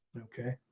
okay,